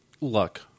Luck